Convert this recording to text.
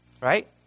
right